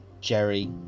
Jerry